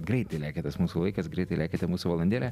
greitai lekia tas mūsų laikas greitai lekia ta mūsų valandėlė